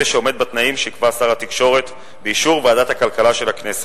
שעומד בתנאים שיקבע שר התקשורת באישור ועדת הכלכלה של הכנסת.